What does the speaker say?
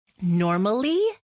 normally